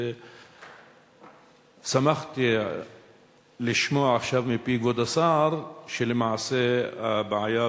שמחתי לשמוע עכשיו מפי כבוד השר שלמעשה הבעיה